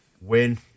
win